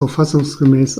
verfassungsgemäß